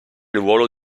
ruolo